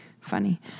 funny